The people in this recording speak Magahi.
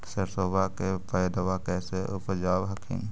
सरसोबा के पायदबा कैसे उपजाब हखिन?